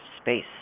space